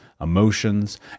emotions